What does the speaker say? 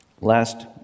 Last